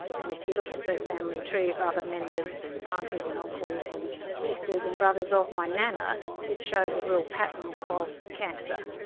and if you look at the family tree of other members, aunties and uncles and sisters and brothers of my nana it shows a real pattern of cancer,